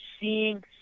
seeing